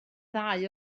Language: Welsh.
ddau